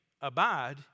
abide